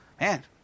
man